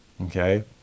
Okay